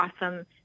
awesome